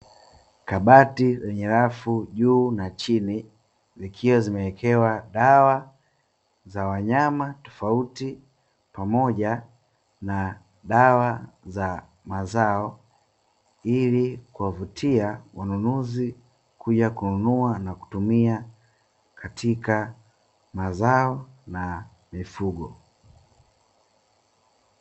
Kabati lenye rafu juu na chini, zikiwa zimewekewa dawa za wanyama tofauti pamoja na dawa za mazao, ili kumvutia mnunuzi kuja kununua na kutumia katika mazao na mifugo.